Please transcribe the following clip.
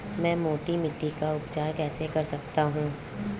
मैं मोटी मिट्टी का उपचार कैसे कर सकता हूँ?